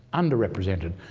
underrepresented.